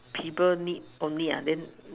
people need only uh then